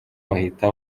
bahita